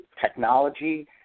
technology